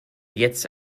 jetzt